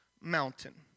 mountain